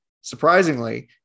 surprisingly